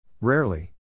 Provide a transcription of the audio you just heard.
Rarely